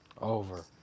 Over